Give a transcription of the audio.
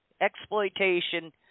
exploitation